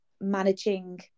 managing